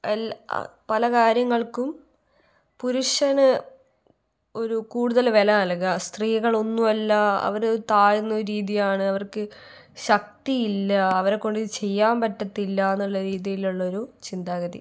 എല്ലാ പല കാര്യങ്ങൾക്കും പുരുഷന് ഒരു കൂടുതൽ വില നൽകുക സ്ത്രീകൾ ഒന്നുമല്ല അവര് താഴ്ന്ന ഒരു രീതിയാണ് അവർക്ക് ശക്തിയില്ല അവരെക്കൊണ്ട് ഇത് ചെയ്യാൻ പറ്റത്തില്ല എന്നുള്ള രീതിയിലുള്ളൊരു ചിന്താഗതി